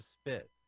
spit